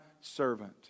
servant